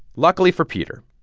luckily for peter,